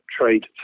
trade